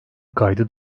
kaydı